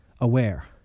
aware